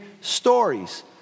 stories